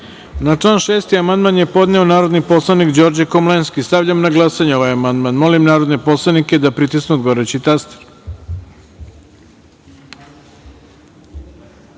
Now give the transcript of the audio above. člana 33. amandman je podneo narodni poslanik Đorđe Komlenski. Stavljam na glasanje ovaj amandman. Molim narodne poslanike da pritisnu odgovarajući